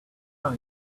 are